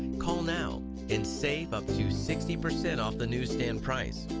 call now and save up to sixty percent off the newsstand price.